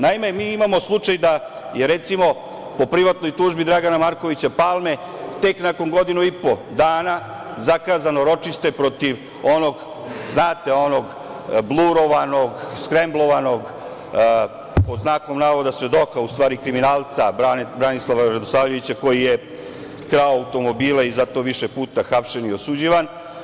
Naime, mi imamo slučaj da je, recimo, po privatnoj tužbi Dragana Markovića Palme tek nakon godinu i po dana zakazano ročište protiv onog blurovanog, skremblovanog, „svedoka“, u stvari kriminalca, Branislava Radosavljevića koji je krao automobile i za to više puta hapšen i osuđivan.